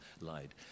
lied